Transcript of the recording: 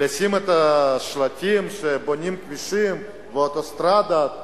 לשים את השלטים שבונים כבישים ואוטוסטרדה,